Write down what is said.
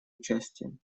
участием